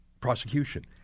prosecution